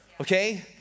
okay